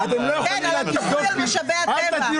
--- על משאבי הטבע.